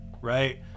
right